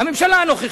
הממשלה הנוכחית,